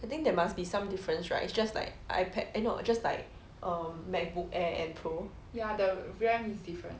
I think there must be some difference right it's just like ipad eh no just like um MacBook air and pro